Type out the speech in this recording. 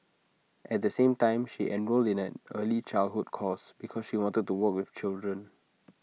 at the same time she enrolled in an early childhood course because she wanted to work with children